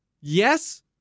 Yes